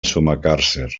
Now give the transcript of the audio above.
sumacàrcer